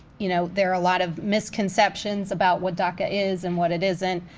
you know, there are a lot of misconceptions about what daca is and what it isn't.